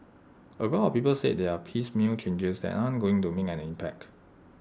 A lot of people say they are piecemeal changes that aren't going to make an impact